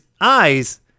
eyes